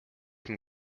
him